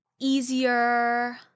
easier